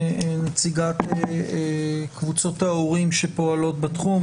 נציגת קבוצות ההורים שפועלות בתחום.